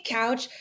couch